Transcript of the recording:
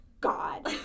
God